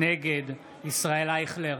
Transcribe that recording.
נגד ישראל אייכלר,